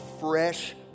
fresh